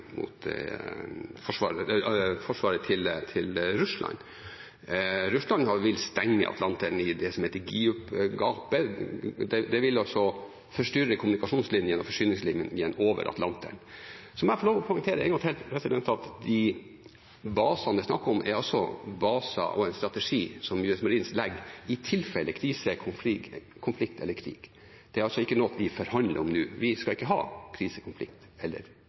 vil stenge Atlanteren i det som heter GIUK-gapet. Det vil forstyrre kommunikasjonslinjene og forsyningslinjene over Atlanteren. Jeg må få lov å poengtere en gang til at de basene det er snakk om, er baser og en strategi som US Marines legger i tilfelle krise, konflikt eller krig. Det er ikke noe vi forhandler om nå. Vi skal ikke ha krise, konflikt eller